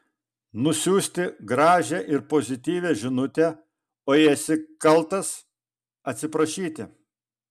nusiųsti gražią ir pozityvią žinutę o jei esi kaltas atsiprašyti